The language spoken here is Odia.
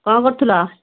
କ'ଣ କରୁଥିଲ